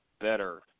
better